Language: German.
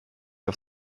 auf